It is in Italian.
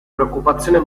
preoccupazione